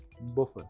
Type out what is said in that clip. Buffer